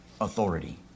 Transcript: authority